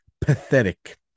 pathetic